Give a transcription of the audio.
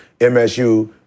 MSU